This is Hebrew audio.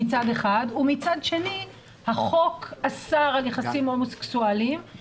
ומצד שני החוק אסר על יחסים הומוסקסואלים,